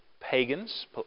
Pagans